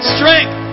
Strength